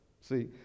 See